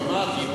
אז מה עשינו?